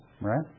right